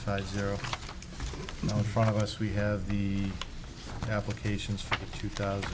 size zero zero in front of us we have the applications for two thousand